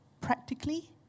practically